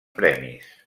premis